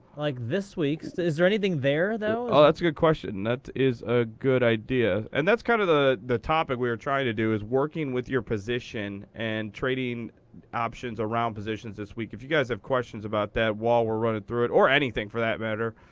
like this week's. is there anything there, though? oh, that's a good question. that is a good idea. and that's kind of the the topic we were trying to do is working with your position and trading options around positions this week. if you guys have questions about that while we're running through it, or anything for that matter,